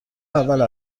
اول